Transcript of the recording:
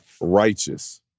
righteous